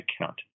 account